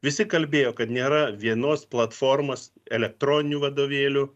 visi kalbėjo kad nėra vienos platformos elektroninių vadovėlių